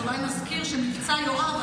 אז אולי נזכיר שמבצע יואב,